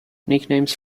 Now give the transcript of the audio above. nicknames